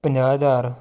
ਪੰਜਾਹ ਹਜ਼ਾਰ